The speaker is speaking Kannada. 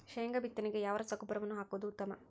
ಶೇಂಗಾ ಬಿತ್ತನೆಗೆ ಯಾವ ರಸಗೊಬ್ಬರವನ್ನು ಹಾಕುವುದು ಉತ್ತಮ?